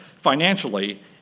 financially